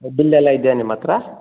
bill ಎಲ್ಲ ಇದೆಯಾ ನಿಮ್ಮ ಹತ್ರ